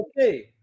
Okay